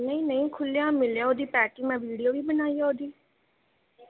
ਨਹੀਂ ਨਹੀਂ ਖੁੱਲ੍ਹਿਆ ਮਿਲਿਆ ਉਹਦੀ ਪੈਕਿੰਗ ਮੈਂ ਵੀਡੀਓ ਵੀ ਬਣਾਈ ਆ ਉਹਦੀ